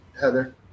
Heather